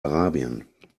arabien